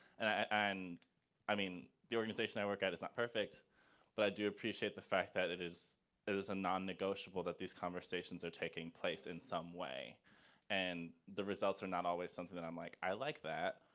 and i mean the organization i work at is not perfect but i do appreciate the fact that it is it is a non-negotiable that these conversations are taking place in some way and the results are not always something that i'm like, i like that,